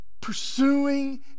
pursuing